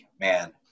man